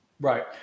right